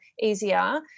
easier